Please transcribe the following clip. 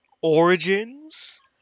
Origins